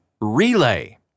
Relay